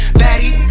batty